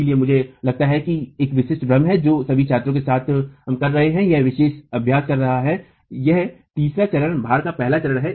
इसलिए मुझे लगता है कि एक विशिष्ट भ्रम है जो हम सभी छात्रों के साथ कर रहे हैं यह विशेष अभ्यास कर रहा है यह तीसरी चरण भार का पहला चरण है